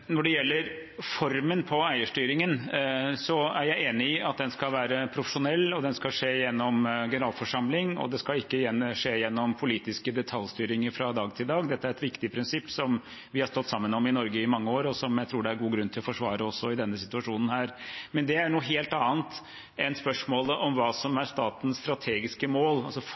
Når det gjelder formen på eierstyringen, er jeg enig i at den skal være profesjonell. Den skal skje gjennom generalforsamling, og det skal ikke skje gjennom politisk detaljstyring fra dag til dag. Dette er et viktig prinsipp som vi har stått sammen om i Norge i mange år, og som jeg tror det er god grunn til å forsvare også i denne situasjonen. Men det er noe helt annet enn spørsmålet om hva som er statens strategiske mål,